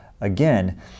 again